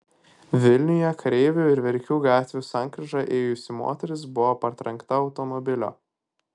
vilniuje kareivių ir verkių gatvių sankryža ėjusi moteris buvo partrenkta automobilio